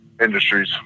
industries